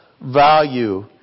value